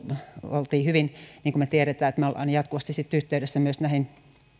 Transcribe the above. oltiin hyvin niin kuin me tiedämme että me olemme jatkuvasti yhteydessä myös